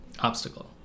obstacle